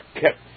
kept